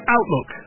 Outlook